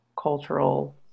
cultural